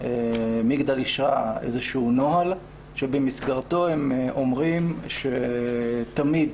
מגדל אישרה איזשהו נוהל שבמסגרתו הם אומרים שתמיד,